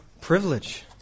privilege